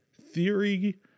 theory